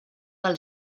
del